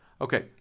Okay